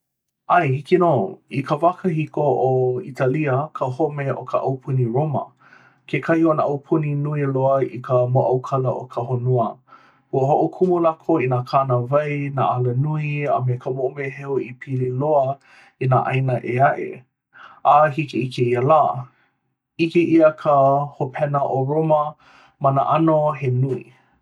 ʻAe, hiki nō. I ka wā kahiko, ʻo ʻItālia ka home o ka Aupuni Roma, kekahi o nā aupuni nui loa i ka mōʻaukala o ka honua. Ua hoʻokumu lākou i nā kānāwai, nā alanui, a me ka moʻomeheu i pili loa i nā ʻāina ʻē aʻe. A hiki i kēia lā, ʻike ʻia ka hopena o Roma ma nā ʻano he nui.